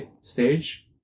stage